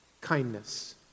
kindness